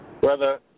Brother